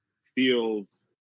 steals